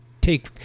take